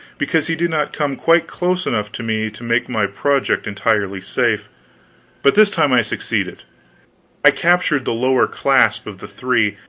because he did not come quite close enough to me to make my project entirely safe but this time i succeeded i captured the lower clasp of the three,